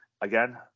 again